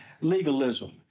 legalism